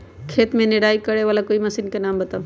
खेत मे निराई करे वाला कोई मशीन के नाम बताऊ?